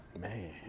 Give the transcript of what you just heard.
Man